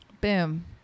Boom